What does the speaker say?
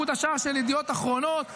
בעמוד השער של ידיעות אחרונות,